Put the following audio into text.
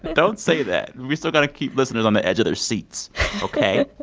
don't say that. we're still going to keep listeners on the edge of their seats ok.